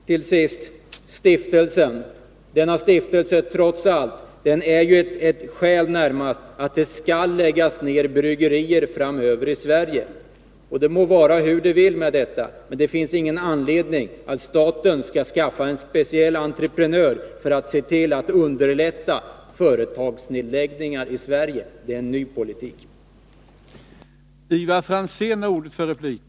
Till sist: Denna stiftelse är trots allt närmast ett skäl för att det skall läggas ner bryggerier i Sverige. Det må vara hur det vill med detta, men det finns ingen anledning att staten skall skaffa en speciell entreprenör för att underlätta företagsnedläggelser i Sverige. Det är en helt ny politik.